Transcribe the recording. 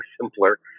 simpler